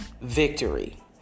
victory